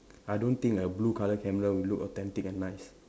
I don't think a blue colour camera will look authentic and nice